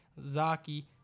Zaki